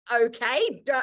Okay